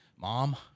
mom